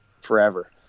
forever